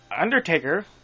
Undertaker